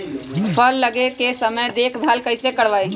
फल लगे के समय देखभाल कैसे करवाई?